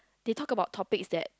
they talk about topics that